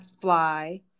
fly